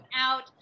out